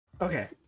Okay